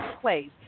place